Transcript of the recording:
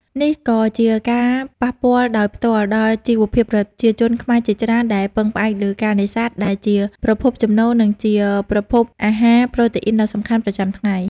នេះក៏ជាការប៉ះពាល់ដោយផ្ទាល់ដល់ជីវភាពប្រជាជនខ្មែរជាច្រើន ដែលពឹងផ្អែកលើការនេសាទដែលជាប្រភពចំណូល និងជាប្រភពអាហារប្រូតេអ៊ីនដ៏សំខាន់ប្រចាំថ្ងៃ។